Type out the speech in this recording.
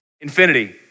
infinity